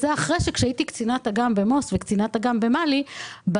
כשהייתי קצינת אג"ם במו"ס וקצינת אג"ם במל"י אז